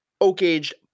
oak-aged